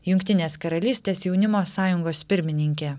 jungtinės karalystės jaunimo sąjungos pirmininkė